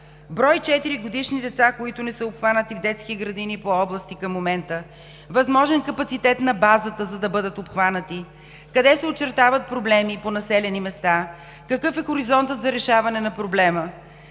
четиригодишни деца, които не са обхванати в детски градини по области към момента, възможен капацитет на базата, за да бъдат обхванати, къде се очертават проблеми по населени места, какъв е хоризонтът за решаване на проблема.